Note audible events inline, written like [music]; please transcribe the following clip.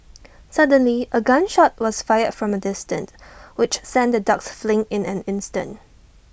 [noise] suddenly A gun shot was fired from A distance which sent the dogs fleeing in an instant